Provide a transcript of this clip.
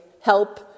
Help